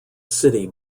city